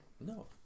no